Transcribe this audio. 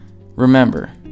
Remember